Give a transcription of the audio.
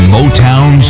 Motown